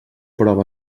prova